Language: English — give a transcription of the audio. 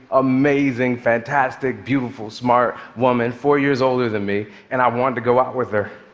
amazing, fantastic, beautiful, smart woman, four years older than me, and i wanted to go out with her.